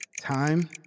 Time